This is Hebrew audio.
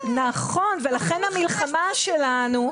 ולכן המלחמה שלנו,